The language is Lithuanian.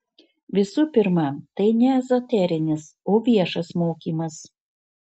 visų pirma tai ne ezoterinis o viešas mokymas